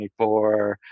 2024